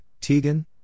Tegan